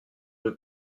rue